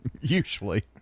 Usually